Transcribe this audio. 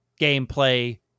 gameplay